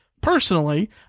Personally